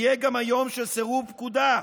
יהיה גם היום של סירוב פקודה.